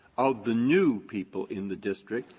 of the new people in the district?